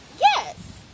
Yes